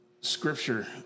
Scripture